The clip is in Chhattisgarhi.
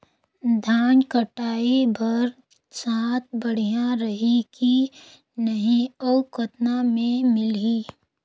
धान कटाई बर साथ बढ़िया रही की नहीं अउ कतना मे मिलही?